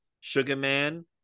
Sugarman